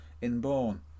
inborn